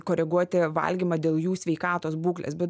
koreguoti valgymą dėl jų sveikatos būklės bet